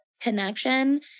connection